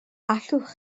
allwch